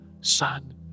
son